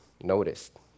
noticed